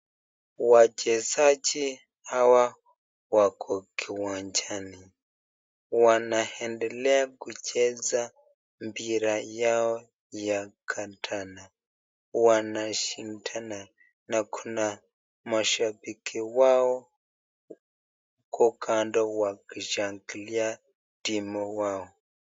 Wachezaji hawa wako kiwanjani wanaendelea kucheza mpira yao ya kandanda wanashindana na kuna mashabiki wao huko kando wakishangilia timu wao